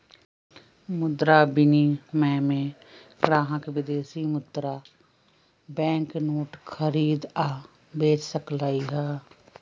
मुद्रा विनिमय में ग्राहक विदेशी मुद्रा बैंक नोट खरीद आ बेच सकलई ह